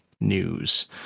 news